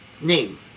name